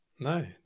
No